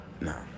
No